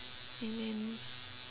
and then